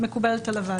מקובלת על הוועדה.